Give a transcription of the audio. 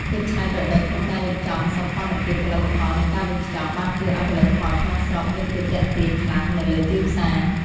ភាពច្នៃប្រឌិតក្នុងការរៀបចំសោភ័ណភាពផលិតផល និងការវេចខ្ចប់ បានជួយឱ្យផលិតផលក្នុងស្រុកមានភាពទាក់ទាញខ្លាំងនៅលើទីផ្សារ។